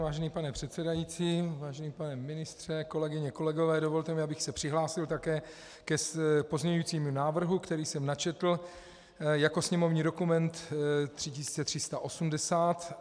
Vážený pane předsedající, vážený pane ministře, kolegyně a kolegové, dovolte mi, abych se přihlásil také k pozměňovacímu návrhu, který jsem načetl jako sněmovní dokument 3380.